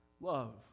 love